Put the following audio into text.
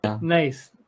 Nice